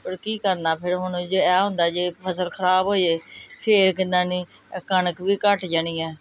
ਔਰ ਕੀ ਕਰਨਾ ਫਿਰ ਹੁਣ ਜੇ ਇਹ ਹੁੰਦਾ ਜੇ ਫਸਲ ਖਰਾਬ ਹੋਜੇ ਫਿਰ ਕਿੰਨਾ ਨਹੀਂ ਕਣਕ ਵੀ ਘੱਟ ਜਾਣੀ ਹੈ